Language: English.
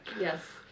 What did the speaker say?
Yes